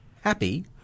happy